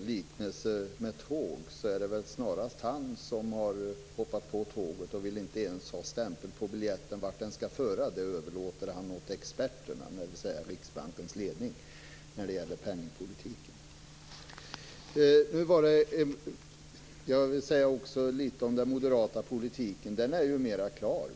liknelse om tåg är det väl snarast han som har hoppat på tåget. Han vill inte ens ha en stämpel på biljetten som säger vart den skall föra. Det överlåter han åt experterna, dvs. Riksbankens ledning, när det gäller penningpolitiken. Jag vill också säga något om den moderata politiken. Den är mer klar.